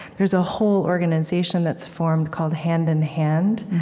there's a whole organization that's formed called hand in hand,